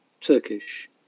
Turkish